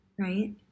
Right